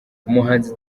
umuhanzi